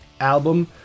album